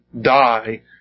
die